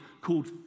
called